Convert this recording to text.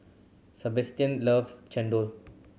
Sebastian loves chendol